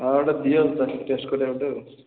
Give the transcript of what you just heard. ହଁ ଗୋଟେ ଦିଅ ଟେଷ୍ଟ କରିବା ଗୋଟେ ଆଉ